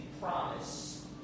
promise